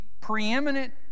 preeminent